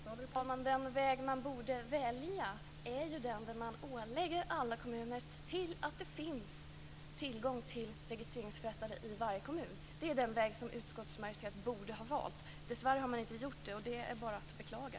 Fru talman! Den väg man borde välja vore att ålägga alla kommuner att se till att det finns tillgång till registreringsförrättare i varje kommun. Det är den väg som utskottsmajoriteten borde ha valt. Dessvärre har man inte gjort det, och det är bara att beklaga.